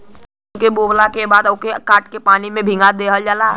सन के बोवला के बाद ओके काट के पानी में भीगा दिहल जाला